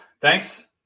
thanks